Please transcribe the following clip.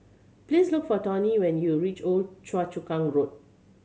please look for Toney when you reach Old Choa Chu Kang Road